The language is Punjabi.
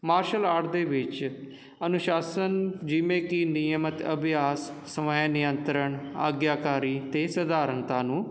ਮਾਰਸ਼ਲ ਆਰਟ ਦੇ ਵਿੱਚ ਅਨੁਸ਼ਾਸਨ ਜਿਵੇਂ ਕਿ ਨਿਯਮਿਤ ਅਭਿਆਸ ਸਵੈ ਨਿਯੰਤਰਣ ਆਗਿਆਕਾਰੀ ਅਤੇ ਸਧਾਰਨਤਾ ਨੂੰ